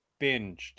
binged